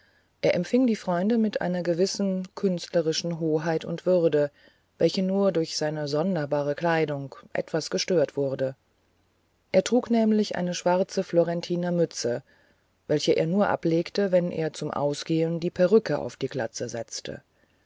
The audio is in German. er empfing die freunde mit einer gewissen künstlerischen hoheit und würde welche nur durch seine sonderbare kleidung etwas gestört wurde er trug nämlich eine schwarze florentiner mütze welche er nur ablegte wenn er zum ausgehen die perücke auf die glatze setzte